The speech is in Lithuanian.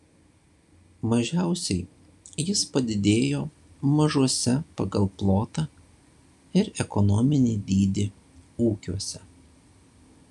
mažiausiai jis padidėjo mažuose pagal plotą ir ekonominį dydį ūkiuose